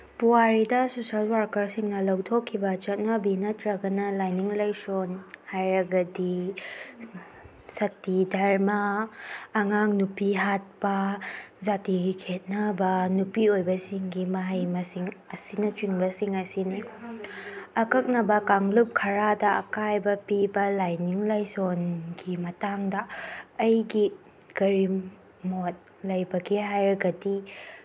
ꯄꯨꯋꯥꯔꯤꯗ ꯁꯣꯁꯦꯜ ꯋꯥꯀꯔꯁꯤꯡꯅ ꯂꯧꯊꯣꯛꯈꯤꯕ ꯆꯠꯅꯕꯤ ꯅꯠꯇ꯭ꯔꯒꯅ ꯂꯥꯏꯅꯤꯡ ꯂꯥꯏꯁꯣꯟ ꯍꯥꯏꯔꯒꯗꯤ ꯁꯇꯤ ꯙꯔꯃ ꯑꯉꯥꯡ ꯅꯨꯄꯤ ꯍꯥꯠꯄ ꯖꯥꯇꯤꯒꯤ ꯈꯦꯠꯅꯕ ꯅꯨꯄꯤ ꯑꯣꯏꯕꯁꯤꯡꯒꯤ ꯃꯍꯩ ꯃꯁꯤꯡ ꯑꯁꯤꯅꯆꯤꯡꯕꯁꯤꯡ ꯑꯁꯤꯅꯤ ꯑꯀꯛꯅꯕ ꯀꯥꯡꯂꯨꯞ ꯈꯔꯗ ꯑꯀꯥꯏꯕ ꯄꯤꯕ ꯂꯥꯏꯅꯤꯡ ꯂꯥꯏꯁꯣꯟꯒꯤ ꯃꯇꯥꯡꯗ ꯑꯩꯒꯤ ꯀꯔꯤ ꯃꯣꯠ ꯂꯩꯕꯒꯦ ꯍꯥꯏꯔꯒꯗꯤ